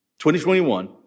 2021